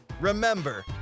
Remember